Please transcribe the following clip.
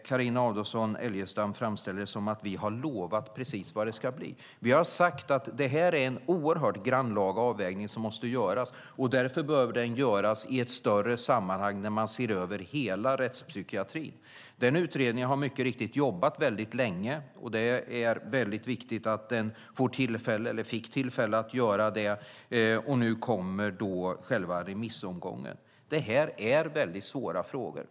Carina Adolfsson Elgestam framställer det som att vi har lovat precis vad det ska bli. Vi har sagt att det är en oerhört grannlaga avvägning som måste göras och därför bör den göras i ett större sammanhang där man ser över hela rättspsykiatrin. Den utredningen har mycket riktigt jobbat väldigt länge, och det var väldigt viktigt att den fick tillfälle att göra det. Nu kommer själva remissomgången. Det här är väldigt svåra frågor.